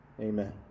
Amen